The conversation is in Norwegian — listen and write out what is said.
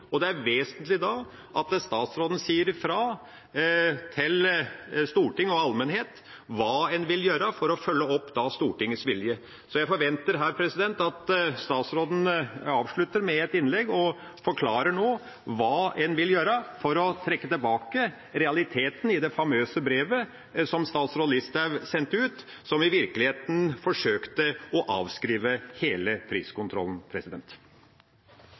Det er derfor vesentlig at statsråden sier fra til Stortinget og allmennheten om hva en vil gjøre for å følge opp Stortingets vilje. Jeg forventer at statsråden nå avslutter med et innlegg og forklarer hva en vil gjøre for å trekke tilbake realiteten i det famøse brevet som statsråd Listhaug sendte ut, som i virkeligheten forsøkte å avskrive hele priskontrollen.